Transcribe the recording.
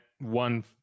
one